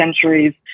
centuries